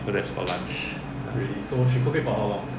so that's for lunch